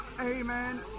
amen